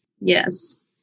Yes